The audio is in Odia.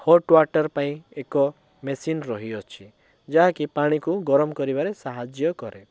ହଟ୍ ୱାଟର ପାଇଁ ଏକ ମେସିନ୍ ରହିଅଛି ଯାହାକି ପାଣିକୁ ଗରମ କରିବାରେ ସାହାଯ୍ୟ କରେ